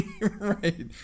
Right